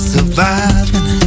Surviving